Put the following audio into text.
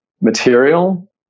material